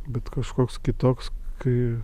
bet kažkoks kitoks kai